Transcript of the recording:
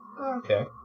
okay